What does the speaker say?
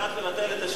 הוחלט לבטל את השביתות.